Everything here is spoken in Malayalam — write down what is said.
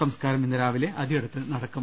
സംസ്കാരം ഇന്ന് രാവിലെ അദിയടത്ത് നടക്കും